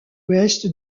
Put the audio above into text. ouest